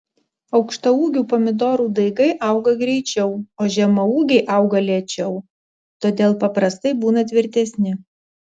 aukštaūgių pomidorų daigai auga greičiau o žemaūgiai auga lėčiau todėl paprastai būna tvirtesni